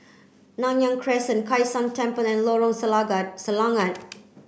Nanyang Crescent Kai San Temple and Lorong Selangat